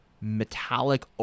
metallic